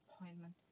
appointment